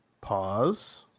Pause